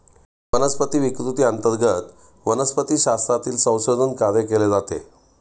वनस्पती विकृती अंतर्गत वनस्पतिशास्त्रातील संशोधन कार्य केले जाते